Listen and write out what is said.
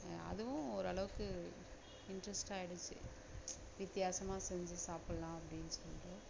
அதுவும் ஓரளவுக்கு இன்ட்ரெஸ்ட்டாக ஆகிடுச்சி வித்தியாசமாக செஞ்சு சாப்புடலாம் அப்படின்னு சொல்லிட்டு